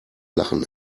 lachen